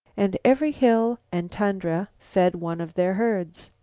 and every hill and tundra fed one of their herds.